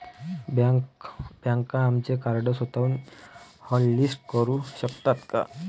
बँका आमचे कार्ड स्वतःहून हॉटलिस्ट करू शकतात का?